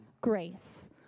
grace